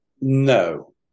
No